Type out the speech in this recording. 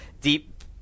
deep